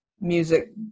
music